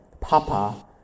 papa